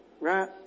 Right